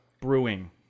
brewing